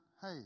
hey